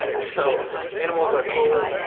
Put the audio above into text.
ah so animals are cool.